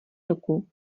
ruku